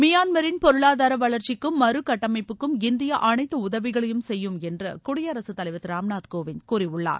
மியான்மரின் பொருளாதார வளர்ச்சிக்கும் மறு கட்டமைப்புக்கும் இந்தியா அனைத்து உதவிகளையும் செய்யும் என்று குடியரசுத் தலைவர் திரு ராம்நாத் கோவிந்த் கூறியுள்ளார்